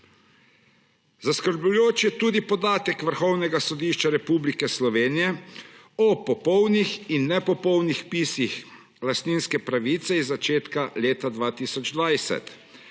Zaskrbljujoč je tudi podatek Vrhovnega sodišča Republike Slovenije o popolnih in nepopolnih vpisih lastninske pravice iz začetka leta 2020,